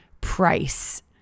price